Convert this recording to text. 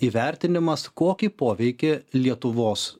įvertinimas kokį poveikį lietuvos